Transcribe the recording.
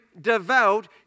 devout